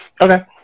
Okay